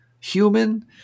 human